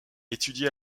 étudié